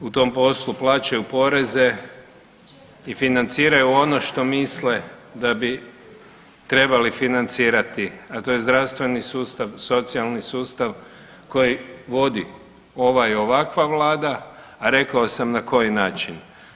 U tom poslu plaćaju poreze i financiraju ono što misle da bi trebali financirati, a to je zdravstveni sustav, socijalni sustav koji vodi ova i ovakva Vlada a rekao sam na koji način.